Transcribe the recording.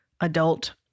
adult